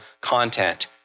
content